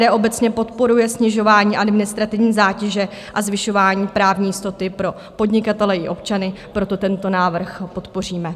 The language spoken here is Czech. SPD obecně podporuje snižování administrativní zátěže a zvyšování právní jistoty pro podnikatele i občany, proto tento návrh podpoříme.